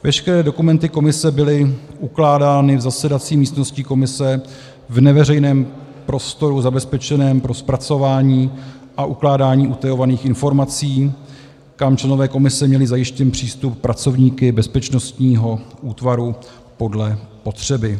Veškeré dokumenty komise byly ukládány v zasedací místnosti komise v neveřejném prostoru zabezpečeném pro zpracování a ukládání utajovaných informací, kam členové komise měli zajištěn přístup pracovníky bezpečnostního útvaru podle potřeby.